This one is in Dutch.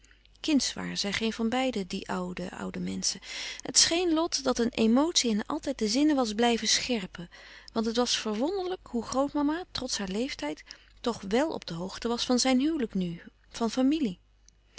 kindsch waren zij geen van beiden die oude oude menschen het scheen lot dat een emotie hen altijd de zinnen was blijven scherpen want het was verwonderlijk hoe grootmama trots haar leeftijd toch wèl op de hoogte was van zijn huwelijk nu van familie